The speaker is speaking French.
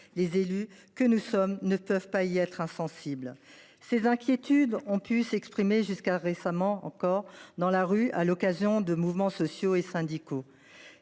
Les élus que nous sommes ne peuvent pas y être insensibles. Ces inquiétudes ont pu s’exprimer encore récemment dans la rue, à l’occasion de mouvements sociaux et syndicaux.